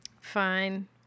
Fine